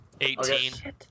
Eighteen